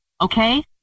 Okay